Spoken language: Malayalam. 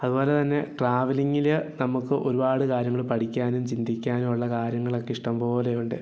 അതുപോലെ തന്നെ ട്രാവലിംഗില് നമുക്ക് ഒരുപാട് കാര്യങ്ങള് പഠിക്കാനും ചിന്തിക്കാനും ഉള്ള കാര്യങ്ങളൊക്കെ ഇഷ്ടം പോലെ ഉണ്ട്